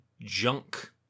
junk